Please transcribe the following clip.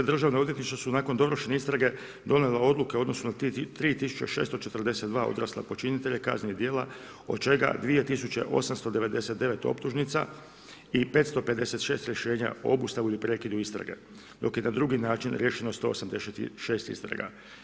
Državno odvjetništvo su nakon donošenja istraga donijela odluke u odnosnu na 3642 odraslih počinitelja kaznenih dijela, od čega 2899 optužnica i 556 rješenja o obustavu ili prekidu istrage, dok je na drugi način riješeno 186 istraga.